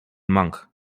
mank